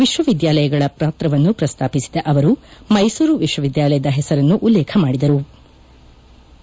ವಿಶ್ವವಿದ್ಯಾಲಯಗಳ ಪಾತ್ರವನ್ನು ಪ್ರಸ್ತಾಪಿಸಿದ ಅವರು ಮೈಸೂರು ವಿಶ್ವವಿದ್ಯಾಲಯದ ಹೆಸರನ್ನು ಉಲ್ಲೇಖ ಮಾದಿದ್ಲಾರೆ